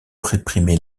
réprimer